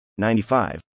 95